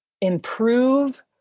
improve